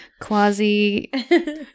Quasi